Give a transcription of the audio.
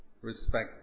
respect